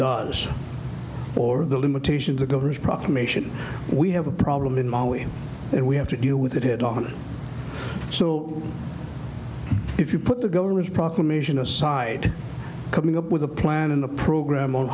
does or the limitation the governor's proclamation we have a problem in maui and we have to deal with it head on so if you put the governor's proclamation aside coming up with a plan in the program on